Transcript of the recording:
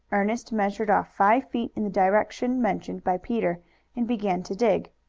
ernest measured off five feet in the direction mentioned by peter and began to dig.